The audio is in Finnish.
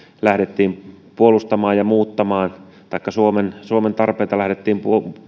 lähdettiin puolustamaan ja muuttamaan kun suomen tarpeita lähdettiin